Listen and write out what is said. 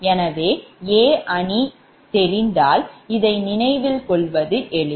எனவே A அணி தெரிந்தால் இதை நினைவில் கொள்வது எளிது